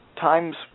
times